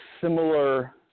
similar